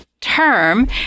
term